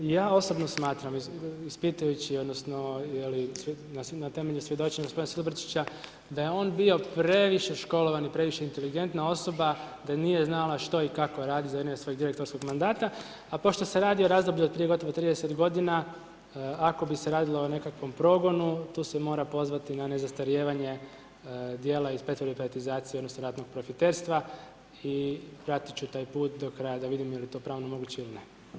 Ja osobno smatram, ispitujući odnosno na temelju svjedočenja gospodina Silobrčića da je on bio previše školovan i previše inteligentna osoba da nije znala što i kako radi za vrijeme svog direktorskog mandata, a pošto se radi o razdoblju od prije gotovo 30 godina, ako bi se radilo o nekakvom progonu, tu se mora pozvati na nezastarijevanje dijela iz pretvorbe i privatizacije odnosno ratnog profiterstva i pratit ću taj put do kraja da vidimo je li to pravno moguće ili ne.